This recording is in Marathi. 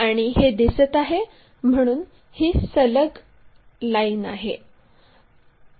आणि हे दिसत आहे म्हणून ही लाईन सलग आहे